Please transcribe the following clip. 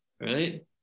right